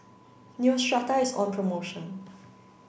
Neostrata is on promotion